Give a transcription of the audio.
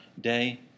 day